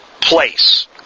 place